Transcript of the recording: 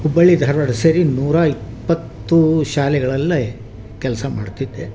ಹುಬ್ಬಳ್ಳಿ ಧಾರವಾಡ ಸೇರಿ ನೂರ ಇಪ್ಪತ್ತು ಶಾಲೆಗಳಲ್ಲಿ ಕೆಲಸ ಮಾಡ್ತಿದ್ದೆ